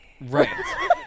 Right